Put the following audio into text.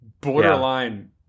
Borderline